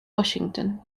washington